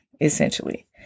Essentially